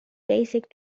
basic